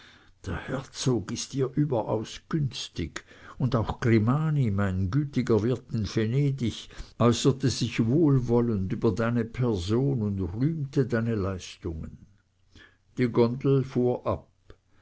der herzog ist dir überaus günstig und auch grimani mein gütiger wirt in venedig äußerte sich wohlwollend über deine person und rühmte deine leistungen die gondel fuhr ab